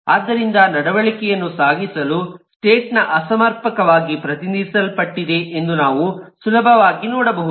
ಆದ್ದರಿಂದ ನಡವಳಿಕೆಯನ್ನು ಸಾಗಿಸಲು ಸ್ಟೇಟ್ ನ ಅಸಮರ್ಪಕವಾಗಿ ಪ್ರತಿನಿಧಿಸಲ್ಪಟ್ಟಿದೆ ಎಂದು ನಾವು ಸುಲಭವಾಗಿ ನೋಡಬಹುದು